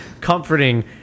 comforting